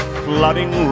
flooding